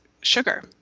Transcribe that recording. sugar